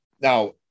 Now